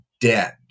dead